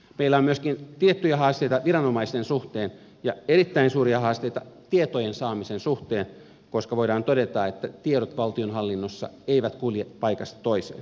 meillä on myöskin tiettyjä haasteita viranomaisten suhteen ja erittäin suuria haasteita tietojen saamisen suhteen koska voidaan todeta että tiedot valtionhallinnossa eivät kulje paikasta toiseen